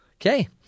Okay